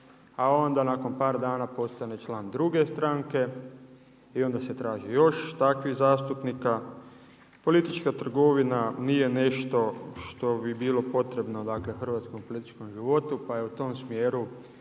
a onda nakon par dana postane član druge stranke i onda se traži još takvih zastupnika. Politička trgovina nije nešto što bi bilo potrebno hrvatskom političkom životu, pa je u tom smjeru